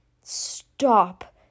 stop